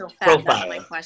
profile